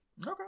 Okay